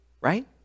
Right